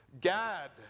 Gad